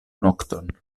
nokton